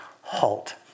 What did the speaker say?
halt